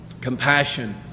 compassion